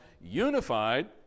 unified